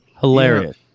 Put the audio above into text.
Hilarious